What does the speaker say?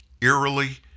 eerily